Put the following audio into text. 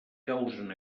causen